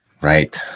Right